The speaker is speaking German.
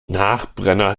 nachbrenner